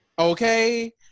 Okay